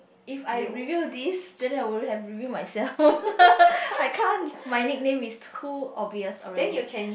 if I reveal this then I would have reveal myself I can't my nickname is too obvious already